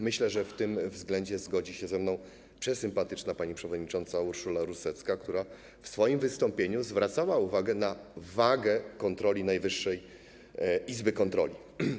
Myślę, że w tym względzie zgodzi się ze mną przesympatyczna pani przewodnicząca Urszula Rusecka, która w swoim wystąpieniu zwracała uwagę na wagę kontroli Najwyższej Izby Kontroli.